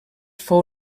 fou